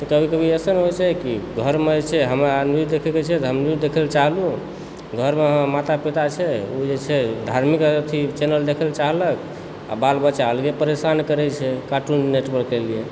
कभी कभी अइसन होइ छै कि घरमे जे छै हमरा न्यूज देखयके छै तऽ हम न्यूज देखयलऽ चाहलु घरमे हमर माता पिता छै ओ जे छै धार्मिक अथी चैनल देखयलऽ चाहलक आ बाल बच्चा अलगे परेशान करय छै कार्टुन नेटवर्कके लिए